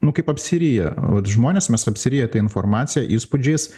nu kaip apsiriję vat žmonės mes apsiriję ta informacija įspūdžiais